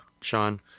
Sean